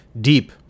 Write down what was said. deep